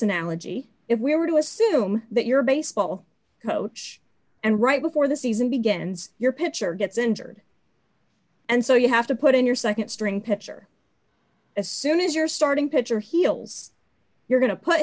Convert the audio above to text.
analogy if we were to assume that your baseball coach and right before the season begins your pitcher gets injured and so you have to put in your nd string picture as soon as your starting pitcher heals you're go